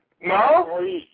No